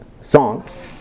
songs